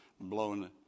blown